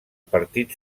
partit